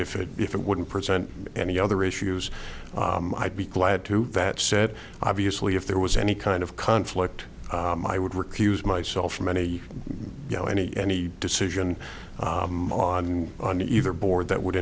if it if it wouldn't present any other issues i'd be glad too that said obviously if there was any kind of conflict i would recuse myself from any you know any any decision on either board that would